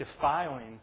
defiling